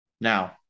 now